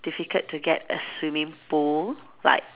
difficult to get a swimming pool like